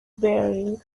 bearings